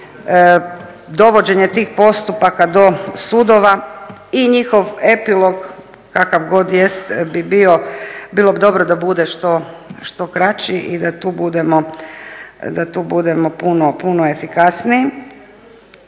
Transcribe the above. i dovođenje tih postupaka do sudova i njihov epilog, kakav god jest, bilo bi dobro da bude što kraći i da tu budemo puno efikasniji.